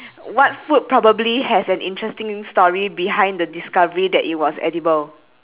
what food probably has an interesting story behind the discovery that it was edible